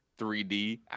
3D